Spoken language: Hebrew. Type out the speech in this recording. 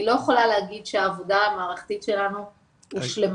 אני לא יכולה להגיד שהעבודה המערכתית שלנו הושלמה.